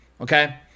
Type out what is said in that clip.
Okay